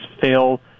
fail